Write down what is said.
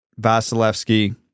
Vasilevsky